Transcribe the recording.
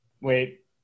wait